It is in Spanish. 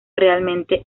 realmente